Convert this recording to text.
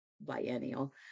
biennial